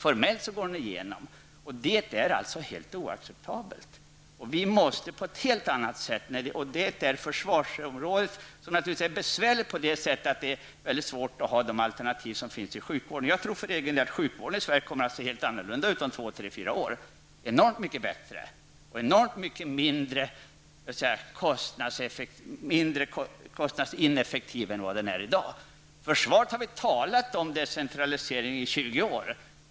Formellt kommer den att gå igenom. Det är helt oacceptabelt. Försvarsområdet är naturligtvis besvärligt på det sättet att det är svårt att finna alternativ av det slag som finns t.ex. när det gäller sjukvården. Jag tror för egen del att sjukvården i Sverige kommer att se helt annorlunda ut om 2--4 år. Den kommer då att vara bättre och mer kostnadseffektiv än i dag. När det gäller försvaret har vi talat om decentralisering i 20 år.